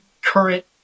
current